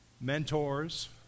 mentors